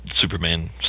Superman